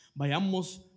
Vayamos